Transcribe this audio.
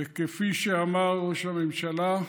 וכפי שאמר ראש הממשלה,